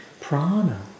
Prana